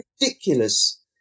ridiculous